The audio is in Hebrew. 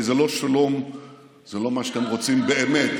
כי זה לא מה שאתם רוצים באמת.